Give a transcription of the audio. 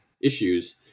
issues